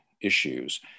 issues